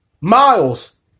miles